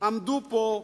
עמדו פה,